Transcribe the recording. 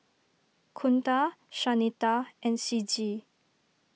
Kunta Shanita and Ciji